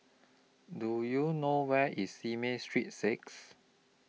Do YOU know Where IS Simei Street six